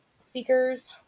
speakers